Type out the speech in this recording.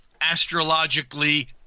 astrologically